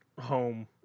home